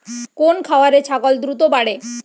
কোন খাওয়ারে ছাগল দ্রুত বাড়ে?